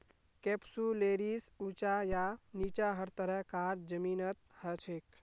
कैप्सुलैरिस ऊंचा या नीचा हर तरह कार जमीनत हछेक